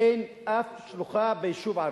אין אף שלוחה ביישוב ערבי.